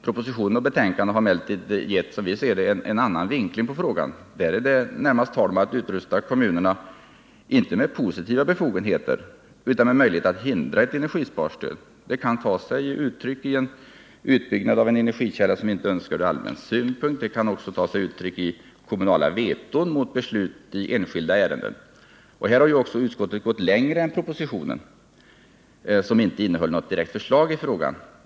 Propositionen och betänkan 29 maj 1979 det har emellertid, som vi ser det, gett en annan vinkling av frågan. Där är det närmast tal om att utrusta kommunerna inte med positiva befogenheter utan med möjligheter att hindra ett energisparstöd. Det kan ta sig uttryck i en utbyggnad av en energikälla som inte är önskvärd ur allmän synpunkt. Det kan också ta sig uttryck i kommunala veton mot beslut i enskilda ärenden. Här har utskottet gått längre än vad man gjort i propositionen, som inte innehöll något direkt förslag i frågan.